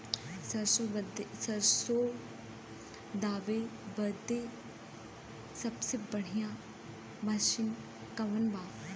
सरसों दावे बदे सबसे बढ़ियां मसिन कवन बा?